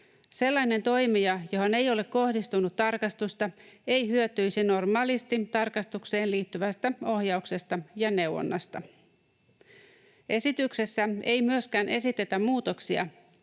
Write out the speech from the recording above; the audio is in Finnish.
Sellainen toimija, johon ei ole kohdistunut tarkastusta, ei hyötyisi normaalisti tarkastukseen liittyvästä ohjauksesta ja neuvonnasta. Esityksessä ei myöskään esitetä muutoksia,